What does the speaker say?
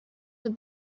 have